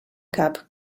cap